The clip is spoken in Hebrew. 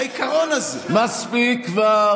העיקרון הזה, נכשלת.